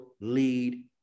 lead